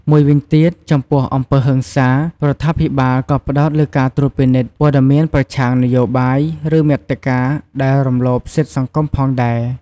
មួយវិញទៀតចំពោះអំពើហិង្សា រដ្ឋាភិបាលក៏ផ្តោតលើការត្រួតពិនិត្យ ព័ត៌មានប្រឆាំងនយោបាយ ឬមាតិកាដែលរំលោភសិទ្ធិសង្គមផងដែរ។